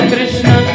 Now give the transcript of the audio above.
Krishna